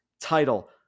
title